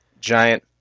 Giant